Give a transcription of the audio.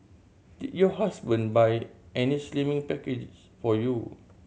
did your husband buy any slimming package for you